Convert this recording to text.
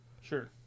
Sure